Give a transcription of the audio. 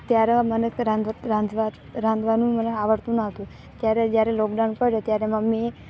ત્યારે મને રાંધવાનું મને આવડતું નહોતું ત્યારે જ્યારે લોકડાઉન પડે ત્યારે મમ્મી